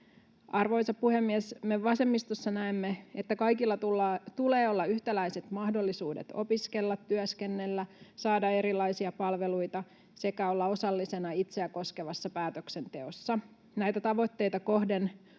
Arvoisa puhemies! Me vasemmistossa näemme, että kaikilla tulee olla yhtäläiset mahdollisuudet opiskella, työskennellä, saada erilaisia palveluita sekä olla osallisena itseä koskevassa päätöksenteossa. Näitä tavoitteita kohden